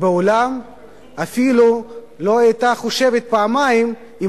בעולם אפילו לא היתה חושבת פעמיים אם